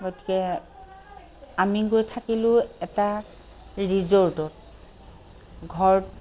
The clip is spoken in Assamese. গতিকে আমি গৈ থাকিলোঁ এটা ৰিজৰ্টত ঘৰ